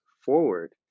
forward